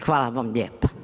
Hvala vam lijepa.